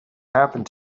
happened